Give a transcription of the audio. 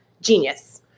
genius